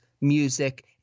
music